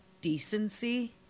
decency